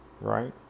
right